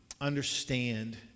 understand